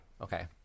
Okay